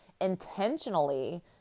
intentionally